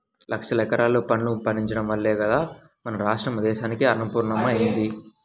లక్షల ఎకరాల్లో వడ్లు పండించడం వల్లే గదా మన రాష్ట్రం దేశానికే అన్నపూర్ణమ్మ అయ్యింది